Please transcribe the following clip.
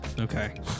Okay